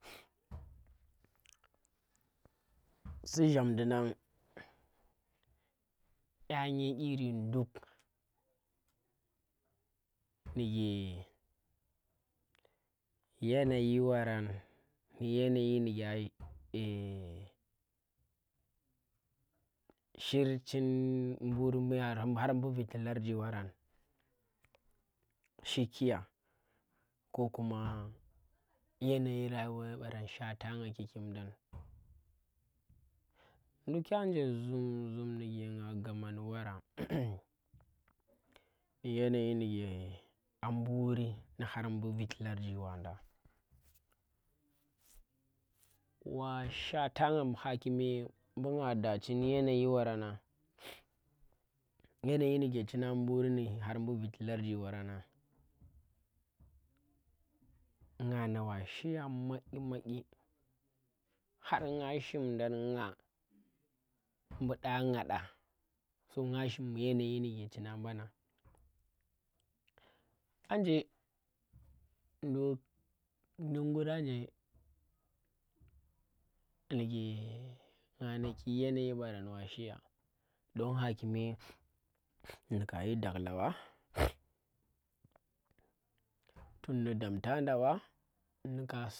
Si xhandi nah, kya nki iri duk, ngike yanayi waran yanayi ngike shirchin mburi har mbu viti larji waran shiki ya kokuma yanayi rayuwe baran shatangah kikimdang, ndukyang nje zumzum ngike gnagama ndi wara yannayi ngike a buri ndi khar mbu vihti larji wanda, wa shwatanga hakime mbu ngah da chin yana yi waranang yanayi ngikechina mburini har mbu viti larji warana nga na wa shiyya maghi maghi, har ga shim nda, naah, mbu da ngah da, ko ngah shim yanayi ngike. Chin a mban. Aje mbu mbu jim- ngurranje dnuke nkanaki yanayi barang wa shiya dung hakime ndi kayi daglaba, tun ndi damta nda ba.